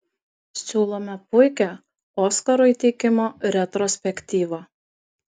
siūlome puikią oskarų įteikimo retrospektyvą